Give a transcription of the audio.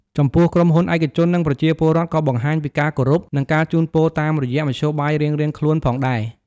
ចំពោះ ក្រុមហ៊ុនឯកជន និងប្រជាពលរដ្ឋក៏បង្ហាញពីការគោរព និងការជូនពរតាមរយៈមធ្យោបាយរៀងៗខ្លួនផងដែរ។